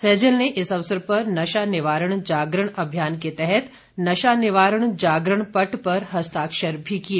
सैजल ने इस अवसर पर नशा निवारण जागरण अभियान के तहत नशा निवारण जागरण पट्ट पर हस्ताक्षर भी किए